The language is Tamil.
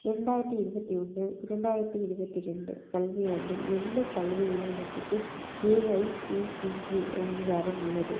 இரண்டாயிரத்தி இருபத்தி ஒன்று இரண்டாயிரத்தி இருபத்தி ரெண்டு கல்வியாண்டில் எந்த கல்வி நிறுவனத்துக்கு ஏஐசிடிஇ அங்கீகாரம் உள்ளது